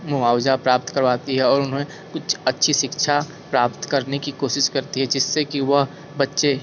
मुआवजा प्राप्त करवाती है और उन्हें कुछ अच्छी शिक्षा प्राप्त करने की कोशिश करती है जिससे कि वह बच्चे